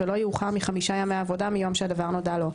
ולא יאוחר מחמישה ימי עבודה מיום שהדבר נודע לו.